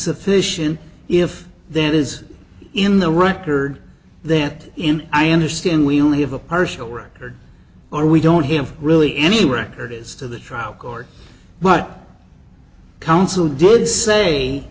sufficient if there is in the record that in i understand we only have a partial record or we don't have really any record is to the trial court but counsel did say